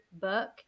book